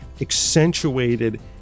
accentuated